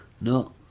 No